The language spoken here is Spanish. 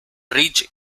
rich